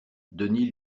denis